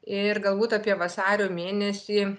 ir galbūt apie vasario mėnesį